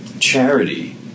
charity